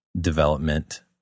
development